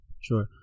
Sure